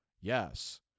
Yes